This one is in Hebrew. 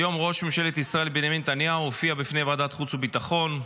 היום ראש ממשלת ישראל בנימין נתניהו הופיע בפני ועדת חוץ וביטחון,